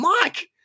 Mike